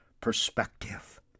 perspective